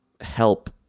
help